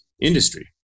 industry